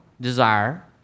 desire